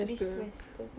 this semester